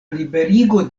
liberigo